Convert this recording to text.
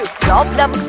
problem